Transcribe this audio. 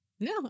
No